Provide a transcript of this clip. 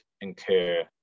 incur